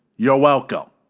you're welcome.